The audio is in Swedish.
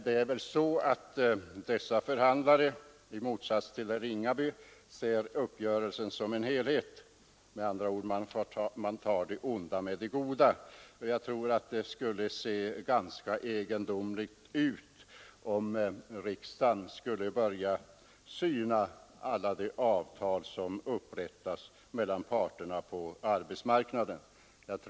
Det är väl så att dessa förhandlare i motsats till herr Ringaby ser uppgörelsen som en helhet. Med andra ord man tar det onda med det goda. Jag tror att det skulle se ganska egendomligt ut om riksdagen började syna alla de avtal som upprättas mellan parterna på arbetsmarknaden.